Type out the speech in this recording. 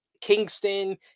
Kingston